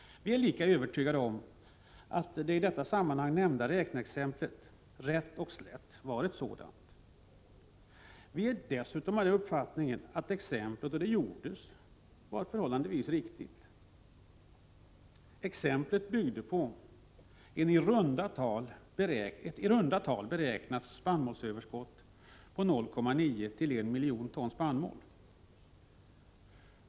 Vi är lika övertygade om att den i detta sammanhang framräknade regeln rätt och slätt var ett räkneexempel. Dessutom är vi av den uppfattningen att beräkningsregeln då den gjordes var förhållandevis riktig. Den byggde på ett beräknat spannmålsöverskott på i runda tal 0,9-1 miljon ton.